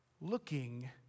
looking